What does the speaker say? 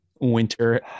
winter